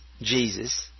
Jesus